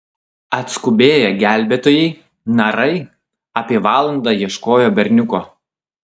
atskubėję gelbėtojai narai apie valandą ieškojo berniuko